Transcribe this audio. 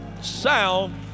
Sound